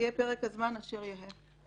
יהא פרק הזמן אשר יהא.